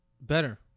better